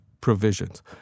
provisions